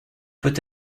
peut